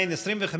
וח